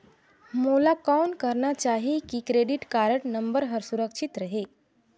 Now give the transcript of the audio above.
मोला कौन करना चाही की क्रेडिट कारड नम्बर हर सुरक्षित रहे?